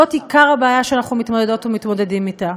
זה עיקר הבעיה שאנחנו מתמודדות ומתמודדים אתה.